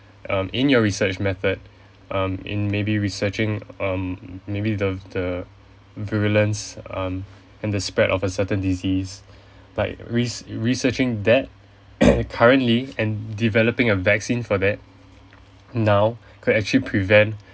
um in your research method um in maybe researching um maybe the the prevalence um in the spread of a certain disease like res~ researching that currently and developing a vaccine for that now could actually prevent